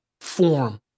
form